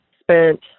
spent